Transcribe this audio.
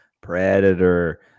Predator